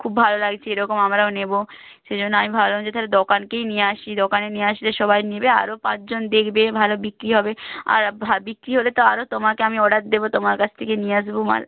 খুব ভালো লাগছে এরকম আমরাও নেব সেজন্য আমি ভাবলাম যে তাহলে দোকানকেই নিয়ে আসি দোকানে নিয়ে আসলে সবাই নেবে আরও পাঁচজন দেখবে ভালো বিক্রি হবে আর বিক্রি হলে তো আরও তোমাকে আমি অর্ডার দেবো তোমার কাছ থেকে নিয়ে আসবো মাল